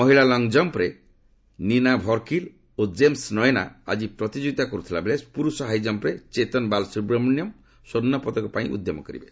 ମହିଳା ଲଙ୍ଗ୍କମ୍ରେ ନିନା ଭରକିଲ୍ ଓ କେମ୍ବ ନୟନା ଆଜି ପ୍ରତିଯୋଗିତା କର୍ତ୍ତିବା ବେଳେ ପୁରୁଷ ହାଇକମ୍ପ୍ରେ ଚେତନ୍ ବାଲ୍ସୁବ୍ରମଣ୍ୟ ସ୍ୱର୍ଷ୍ଣ ପଦକ ପାଇଁ ଉଦ୍ୟମ କରିବେ